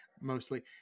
mostly